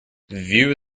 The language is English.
view